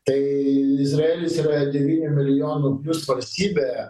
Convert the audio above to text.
tai izraelis yra devynių milijonų plius valstybė